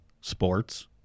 sports